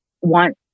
want